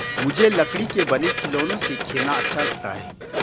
मुझे लकड़ी के बने खिलौनों से खेलना अच्छा लगता है